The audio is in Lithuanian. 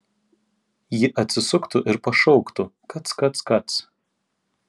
ji atsisuktų ir pašauktų kac kac kac